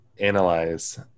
analyze